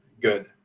good